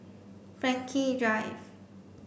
Frankel Drive